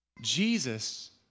Jesus